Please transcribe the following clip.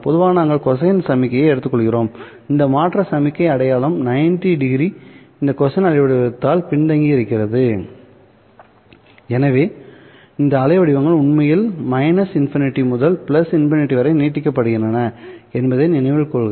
பொதுவாக நாங்கள் கொசைன் சமிக்ஞையை எடுத்துக்கொள்கிறோம்இந்த மற்ற சமிக்ஞை அடையாளம் 90ᵒ இந்த கொசைன் அலை வடிவத்தால் பின்தங்கியிருக்கிறது எனவே இந்த அலை வடிவங்கள் உண்மையில் ∞ முதல் ∞ வரை நீட்டிக்கப்படுகின்றன என்பதை நினைவில் கொள்க